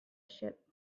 ship